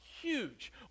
huge